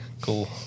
cool